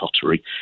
pottery